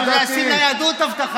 היהדות?